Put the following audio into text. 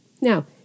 Now